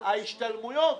ההשתלמויות,